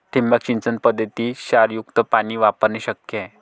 ठिबक सिंचन पद्धतीत क्षारयुक्त पाणी वापरणे शक्य आहे